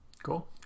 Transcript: Cool